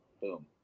Boom